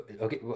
okay